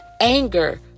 anger